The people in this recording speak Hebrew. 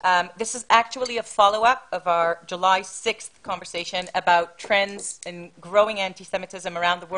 אנחנו מדברים עכשיו על אנטישמיות ברשתות